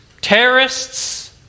terrorists